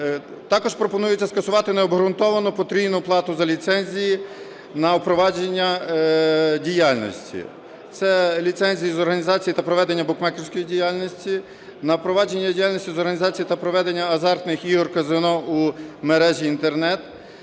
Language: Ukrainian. Також пропонується скасувати необґрунтовану потрійну плату за ліцензії на впровадження діяльності, це ліцензії з організації та проведення букмекерської діяльності на впровадження діяльності з організації та проведення азартних ігор, казино у мережі Інтернет